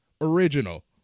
original